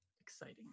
exciting